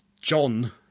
John